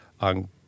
on